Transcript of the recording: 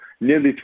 nearly